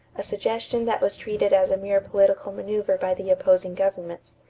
a suggestion that was treated as a mere political maneuver by the opposing governments.